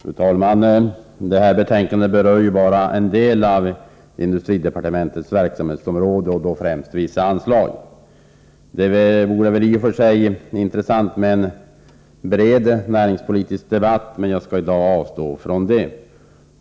Fru talman! Det här betänkandet berör bara en del av industridepartementets verksamhetsområde och då främst vissa anslag. Det vore i och för sig intressant med en bred näringspolitisk debatt, men jag skall i dag avstå från att ta upp en sådan.